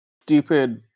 stupid